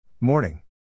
Morning